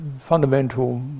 fundamental